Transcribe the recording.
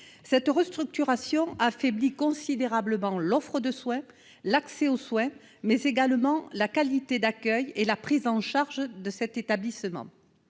Cette restructuration affaiblit considérablement l'offre de soins, l'accès aux soins, ainsi que la qualité de l'accueil et de la prise en charge par l'établissement.